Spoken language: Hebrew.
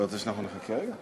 אתה רוצה שאנחנו נחכה רגע?